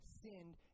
sinned